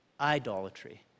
Idolatry